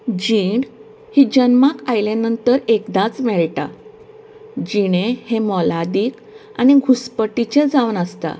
जीण ही जल्माक आयले नंतर एकदांच मेळटा जिणें हें मोलादीक आनी घुस्पटीचें जावन आसता